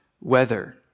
weather